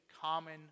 common